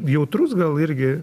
jautrus gal irgi